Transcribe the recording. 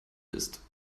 bist